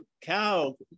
cow